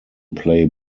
play